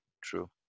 true